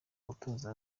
gutoza